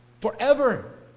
Forever